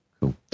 cool